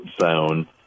zone